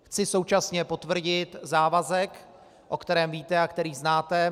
Chci současně potvrdit závazek, o kterém víte a který znáte.